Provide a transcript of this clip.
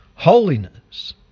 holiness